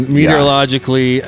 meteorologically